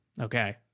Okay